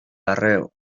arreo